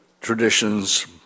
traditions